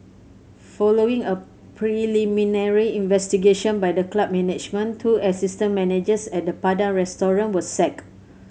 following a preliminary investigation by the club management two assistant managers at the Padang Restaurant were sacked